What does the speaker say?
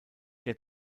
der